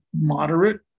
moderate